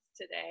today